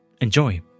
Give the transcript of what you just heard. Enjoy